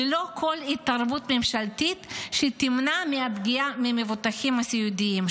ללא כל התערבות ממשלתית שתמנע פגיעה במבוטחים הסיעודיים,